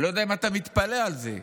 אני לא יודע אם אתה מתפלא על זה,